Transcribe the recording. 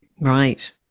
Right